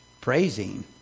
praising